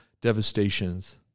devastations